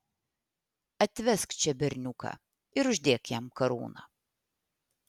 atvesk čia berniuką ir uždėk jam karūną